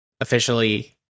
officially